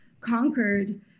conquered